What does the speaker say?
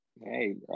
Hey